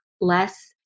Less